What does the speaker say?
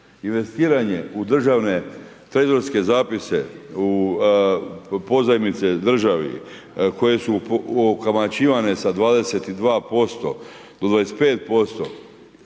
investiranje u državne trezorske zapise, u pozajmice državi koje su ukamaćivane sa 22% do 25%,